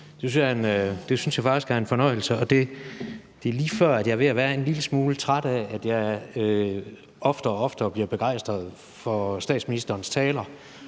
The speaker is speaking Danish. Det synes jeg faktisk er en fornøjelse, og det er lige før, at jeg er ved at være en lille smule træt af, at jeg oftere og oftere bliver begejstret for statsministerens taler